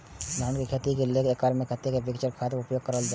धान के खेती लय एक एकड़ में कते मिक्चर खाद के उपयोग करल जाय?